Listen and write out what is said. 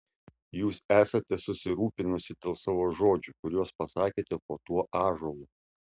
jūs esate susirūpinusi dėl savo žodžių kuriuos pasakėte po tuo ąžuolu